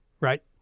right